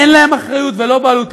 אין להם אחריות ולא בעלות,